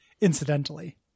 incidentally